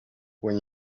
when